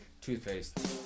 toothpaste